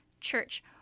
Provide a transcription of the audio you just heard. Church